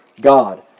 God